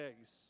eggs